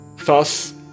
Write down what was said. Thus